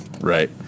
Right